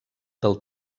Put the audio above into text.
del